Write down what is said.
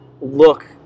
look